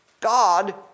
God